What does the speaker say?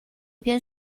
唱片